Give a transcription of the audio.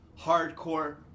hardcore